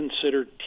considered